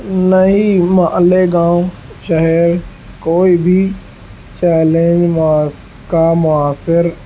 نہیں مالیگاؤں شہر کوئی بھی چیلنج معاس کا معاصر